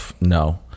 No